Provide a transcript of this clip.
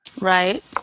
Right